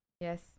Yes